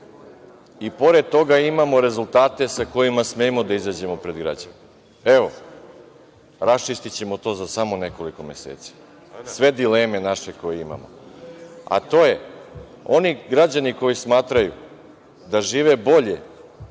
i pored toga imamo rezultate sa kojima smemo da izađemo pred građane. Raščistićemo to za samo nekoliko meseci, sve dileme koje imamo, a to je da oni građani koji smatraju da žive bolje